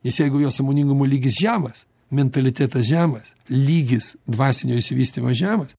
nes jeigu jo sąmoningumo lygis žemas mentalitetas žemas lygis dvasinio išsivystymo žemas